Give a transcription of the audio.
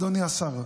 אדוני השר.